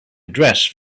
address